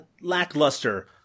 lackluster